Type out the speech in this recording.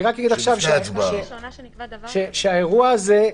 האירוע הזה,